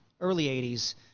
early-'80s